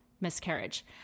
miscarriage